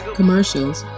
commercials